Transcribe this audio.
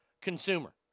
consumer